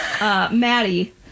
Maddie